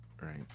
Right